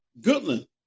Goodland